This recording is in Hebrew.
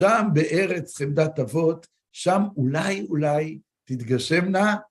אדם בארץ עמדת אבות, שם אולי, אולי, תתגשמנא?